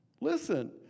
Listen